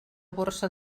borsa